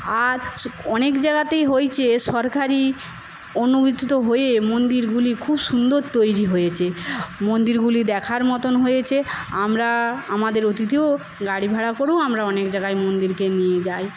আর অনেক জায়গাতেই হইছে সরকারি অনুমোদিত হয়ে মন্দিরগুলি খুব সুন্দর তৈরি হয়েছে মন্দিরগুলি দেখার মতন হয়েছে আমরা আমাদের অতিথিও গাড়ি ভাড়া করেও আমরা অনেক জায়গায় মন্দিরে নিয়ে যাই